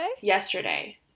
yesterday